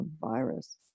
virus